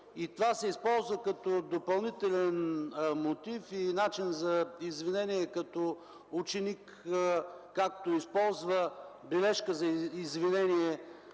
и това се използва като допълнителен мотив, начин за извинение – както ученикът използва бележка за извинение,